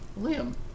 Liam